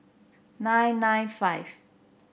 nine nine five